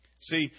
See